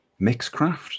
Mixcraft